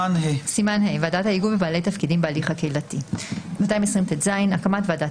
סימן ה': ועדת ההיגוי ובעלי תפקידים בהליך הקהילתי 220טז.הקמת ועדת